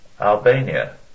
Albania